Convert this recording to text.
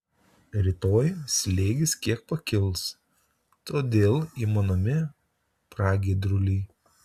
rytoj slėgis kiek pakils todėl įmanomi pragiedruliai